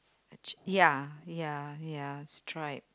ya ya ya stripe